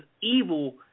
evil